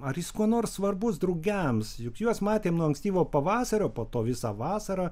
ar jis kuo nors svarbus drugiams juk juos matėm nuo ankstyvo pavasario po to visą vasarą